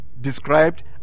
described